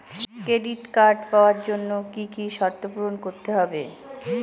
Credit card পাওয়ার জন্য কি কি শর্ত পূরণ করতে হবে?